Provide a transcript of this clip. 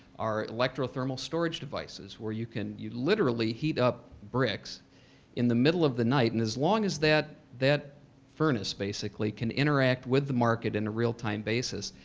are electro thermal storage devices where you can you literally heat up bricks in the middle of the night, and as long as that that furnace basically can interact with the market in a real-time basis,